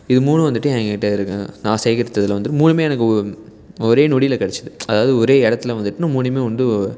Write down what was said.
இது மூணும் வந்துட்டு என் கிட்டே இருக்குது நான் சேகரித்ததில் வந்து மூணுமே எனக்கு ஒரே நொடியில் கிடச்சிது அதாவது ஒரே இடத்துல வந்துட்டு மூணுமே வந்து